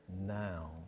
now